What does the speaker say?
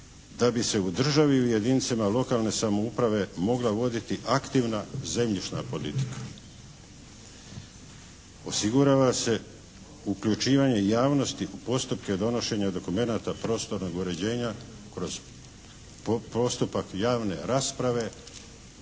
da bi se u državi i u jedinicama lokalne samouprave mogla voditi aktivna zemljišna politika. Osigurava se uključivanje javnosti u postupke donošenja dokumenata prostornog uređenja kroz postupak javne rasprave